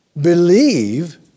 believe